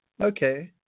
Okay